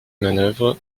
manœuvre